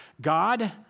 God